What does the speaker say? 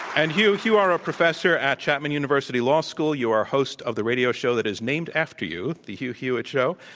and, hugh, you are a professor at chapman university law school. you are host of the radio show that is named after you, the hugh hewitt show,